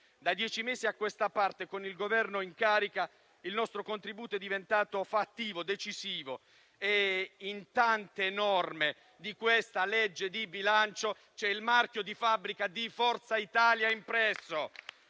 Da dieci mesi a questa parte, con il Governo in carica, il nostro contributo è diventato fattivo, decisivo. In tante norme di questa legge di bilancio c'è il marchio di fabbrica di Forza Italia impresso